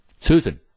susan